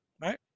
right